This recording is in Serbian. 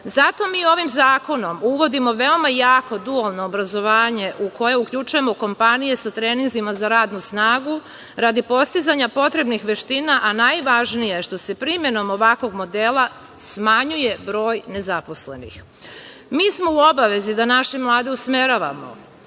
mi ovim zakonom uvodimo veoma jako dualno obrazovanje u koje uključujemo kompanije sa treninzima za radnu snagu radi postizanja potrebnih veština, a najvažnije je, što se primenom ovakvog modela smanjuje broj nezaposlenih. Mi smo u obavezi da naše mlade usmeravamo,